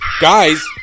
Guys